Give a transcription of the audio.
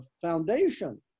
foundation